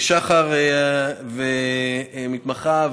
שחר המתמחה,